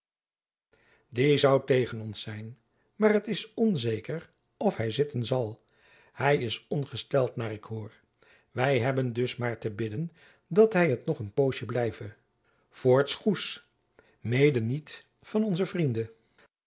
die zoû tegen ons zijn maar t is onzeker of hy zitten zal hy is ongesteld naar ik hoor wy hebben dus maar te bidden dat hy het nog een poosjen blijve voorts goes mede niet van onze vrienden